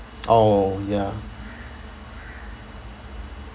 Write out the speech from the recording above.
oh ya